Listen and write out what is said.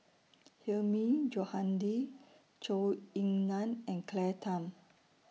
Hilmi Johandi Zhou Ying NAN and Claire Tham